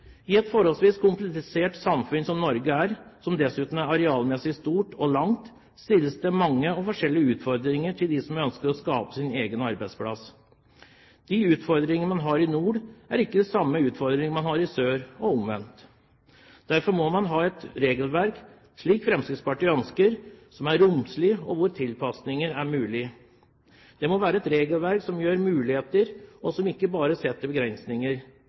I et forholdsvis komplisert samfunn som Norge er, som dessuten er arealmessig stort og langt, er det mange forskjellige utfordringer for dem som ønsker å skape sin egen arbeidsplass. De utfordringene man har i nord, er ikke de samme utfordringene man har i sør. Derfor må man ha et regelverk, slik Fremskrittspartiet ønsker, som er romslig og hvor tilpasninger er mulig. Det må være et regelverk som gir muligheter, og som ikke bare setter